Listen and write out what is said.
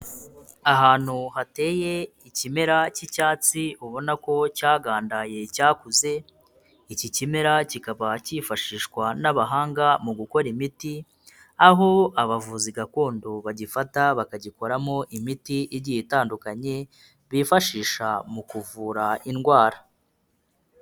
Ahantu hateye ikimera cy'icyatsi ubona ko cyagandaye cyakuze, iki kimera kikaba kifashishwa n'abahanga mu gukora imiti, aho abavuzi gakondo bagifata bakagikoramo imiti igiye itandukanye bifashisha mu kuvura indwara.